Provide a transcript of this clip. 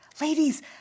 Ladies